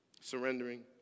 Surrendering